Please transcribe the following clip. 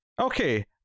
okay